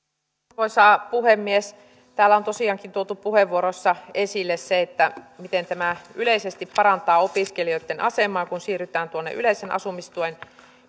arvoisa puhemies täällä on tosiaankin tuotu puheenvuoroissa esille se miten tämä yleisesti parantaa opiskelijoitten asemaa kun siirrytään yleisen asumistuen